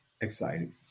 exciting